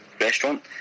restaurant